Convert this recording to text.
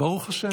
ברוך השם.